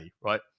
right